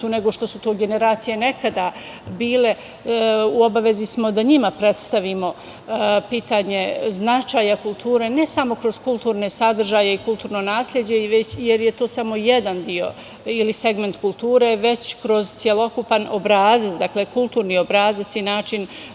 nego što su to generacije nekada bile, pa u obavezi smo da njima predstavimo pitanje značaja kulture, ne samo kroz kulturne sadržaje i kulturno nasleđe jer je to samo jedan deo ili segment kulture, već kroz celokupan obrazac, kulturni obrazac i način